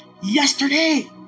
Yesterday